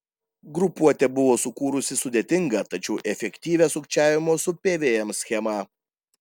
grupuotė buvo sukūrusi sudėtingą tačiau efektyvią sukčiavimo su pvm schemą